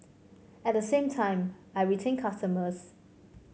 at the same time I retain customers